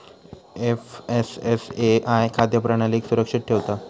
FSSAI खाद्य प्रणालीक सुरक्षित ठेवता